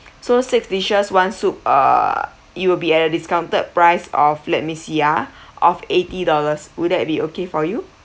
so six dishes one soup uh you will be at a discounted price of let me see ah of eighty dollars would that be okay for you